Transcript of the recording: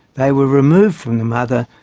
they were removed from the mother,